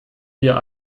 wir